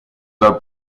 dal